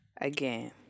again